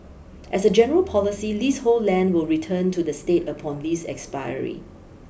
as a general policy leasehold land will return to the state upon lease expiry